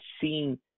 seen